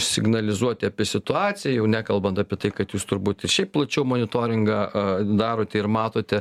signalizuoti apie situaciją jau nekalbant apie tai kad jūs turbūt ir šiaip plačiau monitoringą a darote ir matote